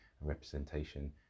representation